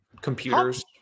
computers